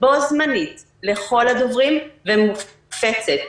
בו-זמנית לכל הדוברים ומופצת.